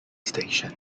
station